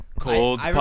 Cold